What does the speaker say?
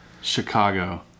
Chicago